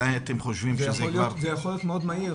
מתי אתם חושבים שזה כבר --- זה יכול להיות מאוד מהיר,